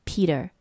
Peter